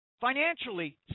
financially